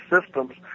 systems